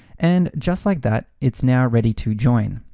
and just like that, it's now ready to join.